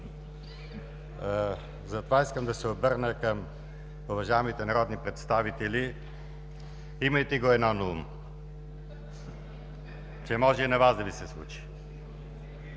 Затова искам да се обърна към уважаемите народни представители: имайте го едно наум, че може и на Вас да Ви случи.